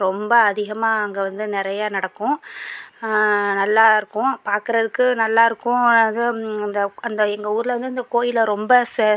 ரொம்ப அதிகமாக அங்கே வந்து நிறைய நடக்கும் நல்லா இருக்கும் பார்க்குறதுக்கு நல்லா இருக்கும் அந்த அந்த எங்கள் ஊரில் வந்து கோயிலில் ரொம்ப ச